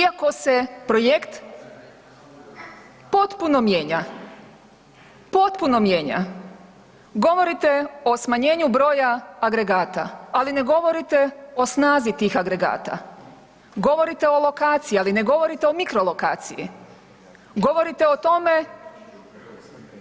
Iako se projekt potpuno mijenja, potpuno mijenja govorite o smanjenju broja agregata, ali ne govorite o snazi tih agregata, govorite o lokaciji, ali ne govorite o mikrolokaciji, govorite o tome